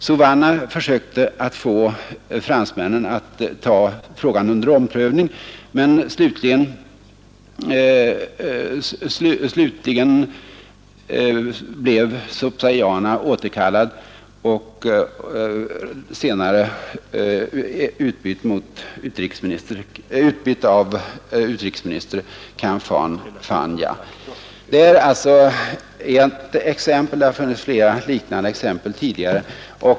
Sopsaysana försökte få fransmännen att ta frågan under omprövning, men slutligen blev han återkallad av utrikesminister Khamphan Phanya och utbytt.” Detta är alltså ett exempel. Det har funnits flera liknande exempel tidigare.